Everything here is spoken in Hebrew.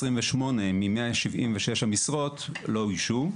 28 מ-176 המשרות לא אוישו.